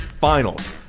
finals